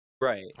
Right